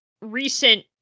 recent